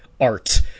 art